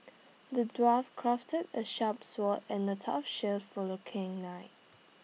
the dwarf crafted A sharp sword and A tough shield for the king knight